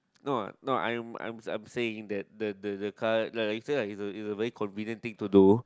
no no I'm I'm I'm saying that the the the car is a very convenient thing to do